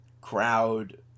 crowd